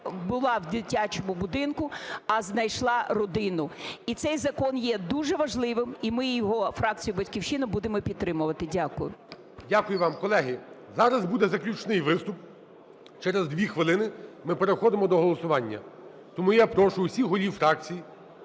була у дитячому будинку, а знайшла родину. І цей закон є дуже важливим, і ми його, фракція "Батьківщина", будемо підтримувати. Дякую. ГОЛОВУЮЧИЙ. Дякую вам. Колеги, зараз буде заключний виступ, через 2 хвилини ми переходимо до голосування. Тому я прошу всіх голів фракцій